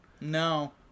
No